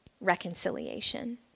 reconciliation